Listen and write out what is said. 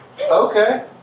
Okay